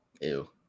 Ew